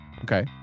okay